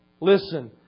Listen